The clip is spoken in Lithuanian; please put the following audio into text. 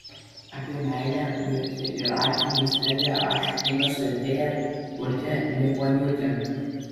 apie meilę mirtį ir arktinę isteriją rašo knygos vertėja urtė liepuoniūtė